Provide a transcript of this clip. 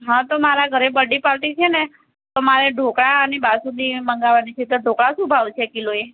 હા તો મારા ઘરે બડ્ડે પાર્ટી છે ને તો મારે ઢોકળા અને બાસુંદી મંગાવવાની છે તો ઢોકળા શું ભાવ છે કિલોએ